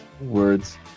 words